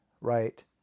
right